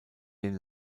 den